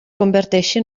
converteixi